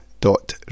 dot